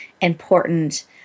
important